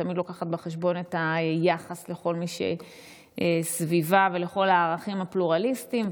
ותמיד לוקחת בחשבון את היחס לכל מי שסביבה ולכל הערכים הפלורליסטיים,